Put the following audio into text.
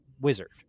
wizard